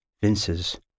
Vinces